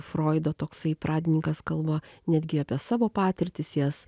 froido toksai pradininkas kalba netgi apie savo patirtis jas